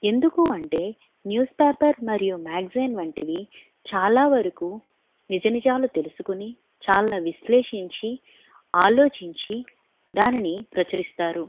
ఎందుకు అంటే news paper మరియు మ్యాగ్జైన్ వంటివి చాలా వరకు నిజ నిజాలు తెలుసుకుని చాలా విశ్లేషించి ఆలోచించి దానిని ప్రచురిస్తారు